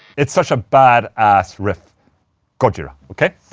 it's such a bad ass riff gojira, ok?